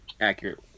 accurate